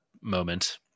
moment